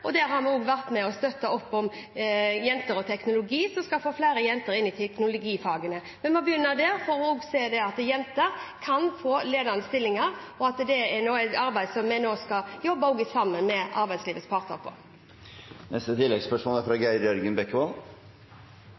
Der har vi vært med og støttet opp om Jenter og teknologi, som skal få flere jenter inn i teknologifagene. Vi må begynne der for at også jenter kan få ledende stillinger. Det er noe vi nå skal jobbe med, også sammen med arbeidslivets parter.